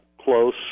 close